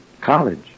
College